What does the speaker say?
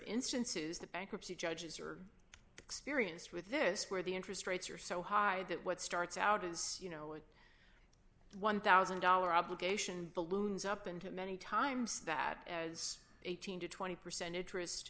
instances that bankruptcy judges are experienced with this where the interest rates are so high that what starts out as you know one thousand dollars obligation balloons up into many times that as eighteen to twenty percent interest